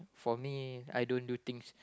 for me I don't do things